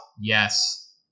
yes